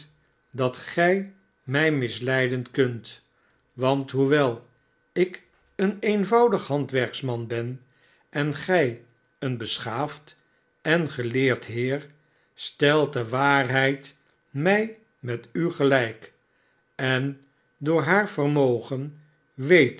dat gij mij misleiden feun want hoe wel een eenvoudig handwerksman ben en gij een beschaafd en geleerd heer stelt de waarheid mij met u gehjk en door haar vermogen weet